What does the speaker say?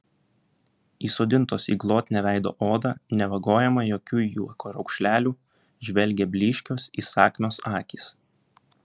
įsodintos į glotnią veido odą nevagojamą jokių juoko raukšlelių žvelgė blyškios įsakmios akys